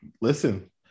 listen